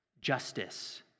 justice